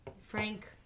Frank